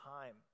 time